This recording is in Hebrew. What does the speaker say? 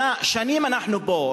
שנים אנחנו פה,